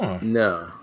No